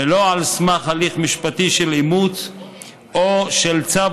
ולא על סמך הליך משפטי של אימוץ או של צו